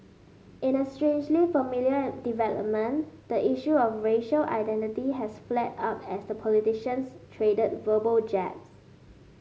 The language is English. in a strangely familiar development the issue of racial identity has flared up as the politicians traded verbal jabs